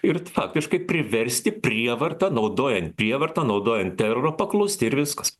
ir faktiškai priversti prievarta naudojant prievartą naudojant terorą paklusti ir viskas